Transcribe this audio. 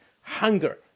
hunger